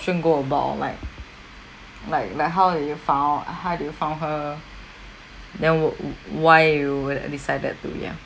go about like like like how you found how did you found her then w~ why you decided to ya